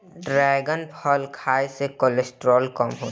dragon फल खाए से कोलेस्ट्राल कम होला